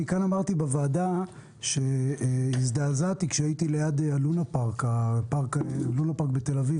אמרתי בוועדה שהזדעזעתי כשהייתי ליד הלונה פארק בתל אביב